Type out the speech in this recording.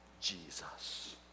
Jesus